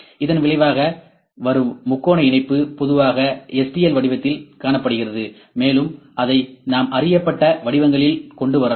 இதன் விளைவாக வரும் முக்கோண இணைப்பு பொதுவாக stl வடிவத்தில் காணப்படுகிறது மேலும் அதை நாம் அறியப்பட்ட வடிவங்களில் கொண்டு வரலாம்